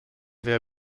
sehr